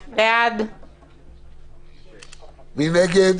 ההסתייגות, מי נגד?